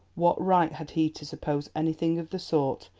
what right had he to suppose anything of the sort?